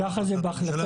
ככה זה בהחלטה.